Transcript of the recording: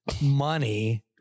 money